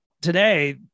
today